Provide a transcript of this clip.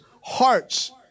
hearts